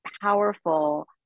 powerful